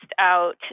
out